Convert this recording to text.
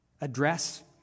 address